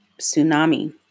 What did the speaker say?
tsunami